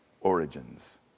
origins